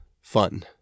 fun